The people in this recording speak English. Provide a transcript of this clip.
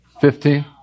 Fifteen